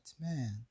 man